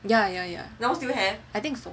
ya ya ya I think so